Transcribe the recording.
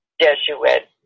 Jesuit